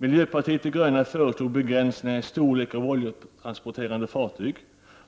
Miljöpartiet de gröna föreslog begränsningar i storleken för oljetransporterande fartyg,